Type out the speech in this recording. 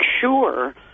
sure